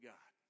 God